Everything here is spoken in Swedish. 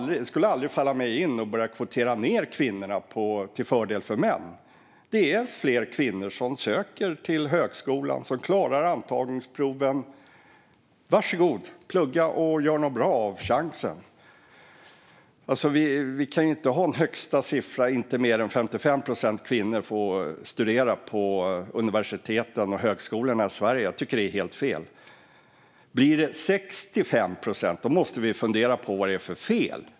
Det skulle aldrig falla mig in att börja kvotera in män till nackdel för kvinnor. Det är fler kvinnor som söker till högskolan och som klarar antagningsproven. Var så god, plugga och gör något bra av chansen! Vi kan inte bestämma att det inte får vara mer än 55 procent kvinnor på universitet och högskolor i Sverige. Det vore helt fel. Om det blir 65 procent måste vi fundera på vad det är för fel.